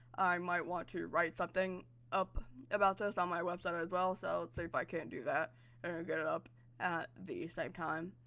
i might want to write something up about this on my website, as well, so see if i can't do that get it up at the same time.